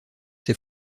ses